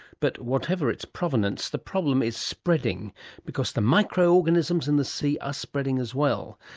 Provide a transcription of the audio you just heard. but whatever its provenance, the problem is spreading because the micro-organisms in the sea are spreading as well.